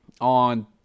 on